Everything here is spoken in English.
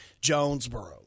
Jonesboro